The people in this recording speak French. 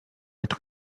être